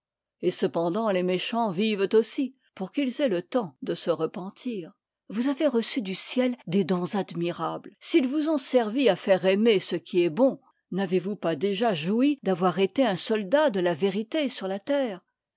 et cependant les më chants vivent aussi pour qu'ils aient le temps de se repentir vous avez reçu du ciel des dons admirables s'ils vous ont servi à faire aimer ce qui est bon n'avez-vous pas déjà joui d'avoir été un soldat de la vérité sur la terre